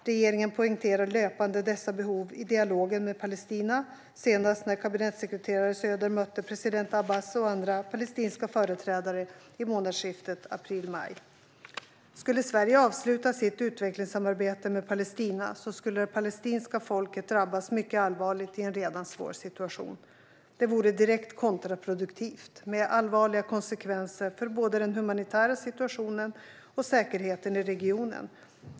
Regeringen poängterar löpande dessa behov i dialogen med Palestina, senast när kabinettssekreterare Söder mötte president Abbas och andra palestinska företrädare i månadsskiftet april-maj. Skulle Sverige avsluta sitt utvecklingssamarbete med Palestina skulle det palestinska folket drabbas mycket allvarligt i en redan svår situation. Det vore direkt kontraproduktivt, med allvarliga konsekvenser för både den humanitära situationen och säkerheten i regionen.